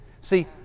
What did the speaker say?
See